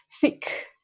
thick